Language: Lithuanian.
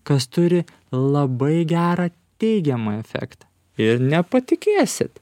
kas turi labai gerą teigiamą efektą ir nepatikėsit